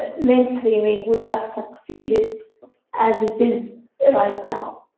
ah mainstreaming would have succeeded as it is right now.